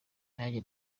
nanjye